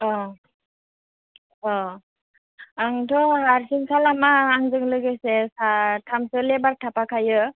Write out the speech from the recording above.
अ अ आंथ' हारसिं खालामा आंजों लोगोसे साथामसो लेबार थाफाखायो